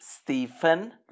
Stephen